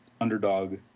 underdog